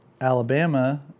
Alabama